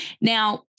Now